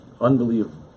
unbelievable